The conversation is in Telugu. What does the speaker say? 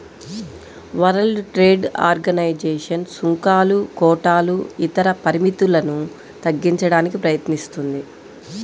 వరల్డ్ ట్రేడ్ ఆర్గనైజేషన్ సుంకాలు, కోటాలు ఇతర పరిమితులను తగ్గించడానికి ప్రయత్నిస్తుంది